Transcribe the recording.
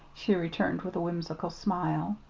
she returned, with a whimsical smile.